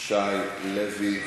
שי, לוי,